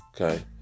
Okay